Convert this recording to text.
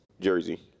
jersey